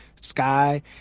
sky